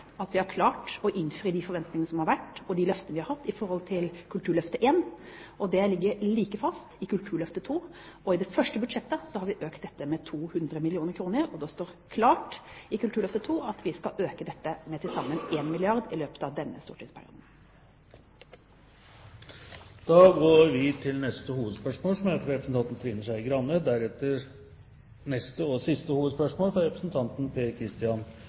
at vi har klart å innfri de forventningene som har vært, og de løftene vi har gitt i Kulturløftet I, og det ligger like fast i Kulturløftet II. I det første budsjettet har vi økt dette med 200 mill. kr, og det står klart i Kulturløftet II at vi skal øke til 1 milliard kr i løpet av denne stortingsperioden. Vi går videre til neste hovedspørsmål.